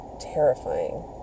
terrifying